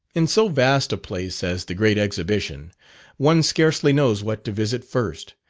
in so vast a place as the great exhibition one scarcely knows what to visit first,